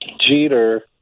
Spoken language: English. Jeter